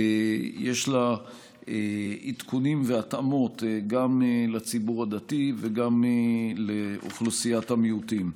יש עדכונים והתאמות גם לציבור הדתי ולאוכלוסיית המיעוטים.